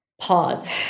pause